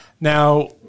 Now